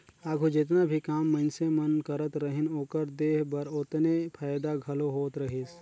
आघु जेतना भी काम मइनसे मन करत रहिन, ओकर देह बर ओतने फएदा घलो होत रहिस